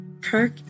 Kirk